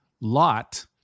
Lot